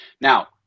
Now